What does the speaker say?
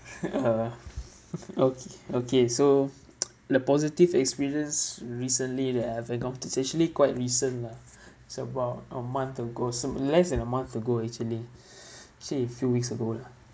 o~ okay so the positive experience recently that I have encountered it's actually quite recent lah it's about a month ago some less than a month ago actually say a few weeks ago lah